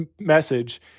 message